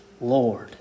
Lord